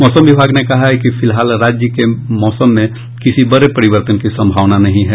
मौसम विभाग ने कहा है कि फिलहाल राज्य के मौसम में किसी बड़े परिवर्तन की संभावना नहीं है